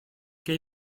che